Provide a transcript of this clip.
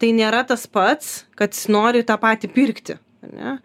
tai nėra tas pats kad jis nori tą patį pirkti ane